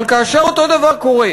אבל כאשר אותו דבר קורה